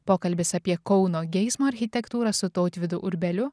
pokalbis apie kauno geismo architektūrą su tautvydu urbeliu